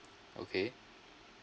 okay